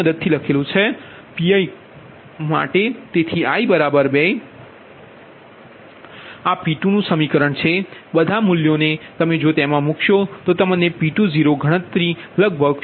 તેથી i 2 તેથી આ P2 અભિવ્યક્તિ છે બધા મૂલ્યોને અવેજીમાં જે તમને મળ્યું છે તે મળશે P20 ગણતરી લગભગ 0 છે